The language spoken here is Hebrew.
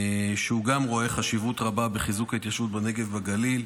שגם הוא רואה חשיבות רבה בחיזוק ההתיישבות בנגב ובגליל,